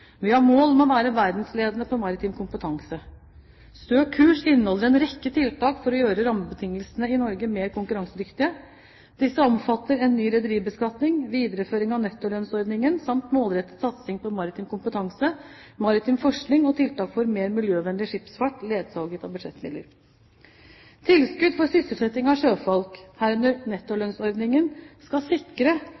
Vi har mål om å være verdensledende på maritim kompetanse. «Stø kurs» inneholder en rekke tiltak for å gjøre rammebetingelsene i Norge mer konkurransedyktige. Disse omfatter en ny rederibeskatning, videreføring av nettolønnsordningen samt målrettet satsing på maritim kompetanse, maritim forskning og tiltak for mer miljøvennlig skipsfart ledsaget av budsjettmidler. Tilskudd for sysselsetting av sjøfolk, herunder